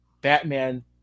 Batman